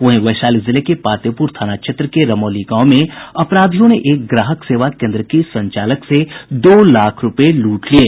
वहीं वैशाली जिले के पातेपुर थाना क्षेत्र के रमौली गांव में अपराधियों ने एक ग्राहक सेवा केन्द्र के संचालक से दो लाख रूपये लूट लिये